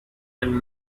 and